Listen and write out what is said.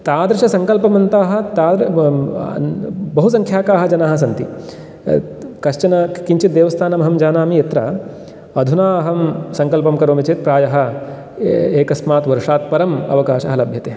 तादृशसङ्कल्पमन्ताः बहुसंख्याकाः जनाः सन्ति कश्चन किञ्चित् देवस्थानाम् अहं जानामि यत्र अधुना अहं सङ्कल्पं करोमि चेत् प्रायः एकस्मात् वर्षात् परम् अवकाशः लभ्यते